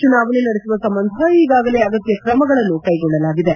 ಚುನಾವಣೆ ನಡೆಸುವ ಸಂಬಂಧ ಈಗಾಗಲೇ ಅಗತ್ಯ ಕ್ರಮಗಳನ್ನು ಕೈಗೊಳ್ಳಲಾಗಿದೆ